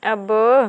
అబ్బో